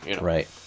Right